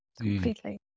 Completely